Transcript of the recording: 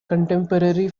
contemporary